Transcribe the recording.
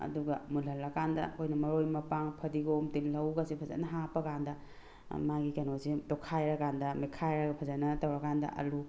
ꯑꯗꯨꯒ ꯃꯨꯟꯍꯜꯂꯕꯀꯥꯟꯗ ꯑꯩꯈꯣꯏꯅ ꯃꯔꯣꯏ ꯃꯄꯥꯡ ꯐꯗꯤꯒꯣꯝ ꯇꯤꯜꯂꯧꯒꯁꯦ ꯐꯖꯅ ꯍꯥꯞꯄꯀꯥꯟꯗ ꯃꯥꯒꯤ ꯀꯩꯅꯣꯁꯦ ꯇꯣꯠꯈꯥꯏꯔꯀꯥꯟꯗ ꯃꯦꯠꯈꯥꯏꯔꯒ ꯐꯖꯅ ꯇꯧꯔꯀꯥꯟꯗ ꯑꯥꯜꯂꯨ